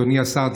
אדוני השר,